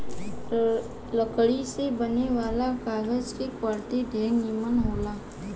लकड़ी से बने वाला कागज के क्वालिटी ढेरे निमन होला